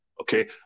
Okay